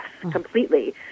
completely